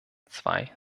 zwei